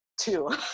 two